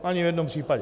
Ani v jednom případě.